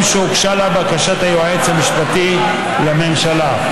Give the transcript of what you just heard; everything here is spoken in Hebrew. שהוגשה לה בקשת היועץ המשפטי לממשלה.